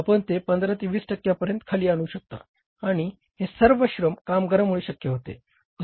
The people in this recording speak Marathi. आपण ते 15 ते 20 टक्क्यांपर्यंत खाली आणू शकता आणि हे सर्व श्रम कामगारांमुळे शक्य होते